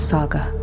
Saga